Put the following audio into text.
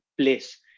place